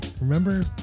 remember